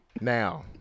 Now